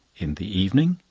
in the evening,